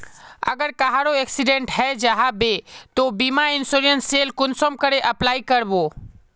अगर कहारो एक्सीडेंट है जाहा बे तो बीमा इंश्योरेंस सेल कुंसम करे अप्लाई कर बो?